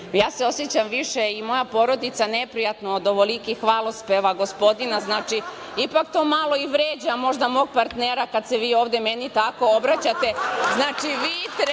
Ja se osećam više i moja porodica ne prijatno od ovolikih hvalospeva gospodina. Ipak to malo i vređa mog partnera kada se vi meni tako obraćate.